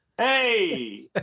Hey